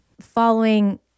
following